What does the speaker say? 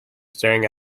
staring